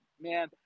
man